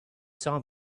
saw